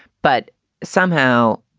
but somehow